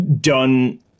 done